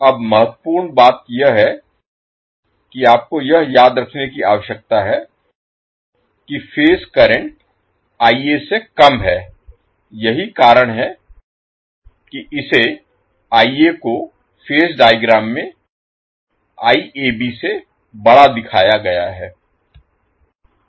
अब महत्वपूर्ण बात यह है कि आपको यह याद रखने की आवश्यकता है कि फेज करंट से कम है यही कारण है कि इसे फेज डायग्राम में से बड़ा दिखाया गया है